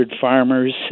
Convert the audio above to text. farmers